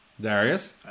Darius